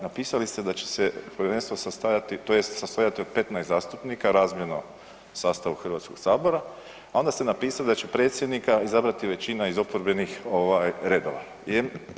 Napisali ste da će se povjerenstvo sastajati, tj. sastojati od 15 zastupnika razmjerno sastavu Hrvatskog sabora, a onda ste napisali da će predsjednika izabrati većina iz oporbenih redova.